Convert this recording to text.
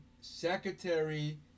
secretary